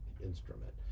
instrument